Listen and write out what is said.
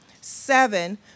Seven